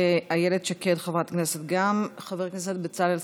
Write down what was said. חברת הכנסת איילת שקד,